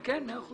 פניות 354,